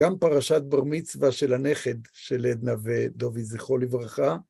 גם פרשת בר מצווה של הנכד של עדנה ודובי זכרו לברכה...